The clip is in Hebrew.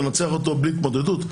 לנצח בלי התמודדות?